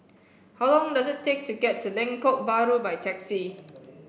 how long does it take to get to Lengkok Bahru by taxi